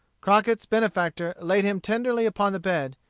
crockett's benefactor laid him tenderly upon the bed,